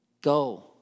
go